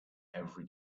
every